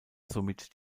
somit